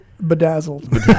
bedazzled